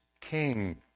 king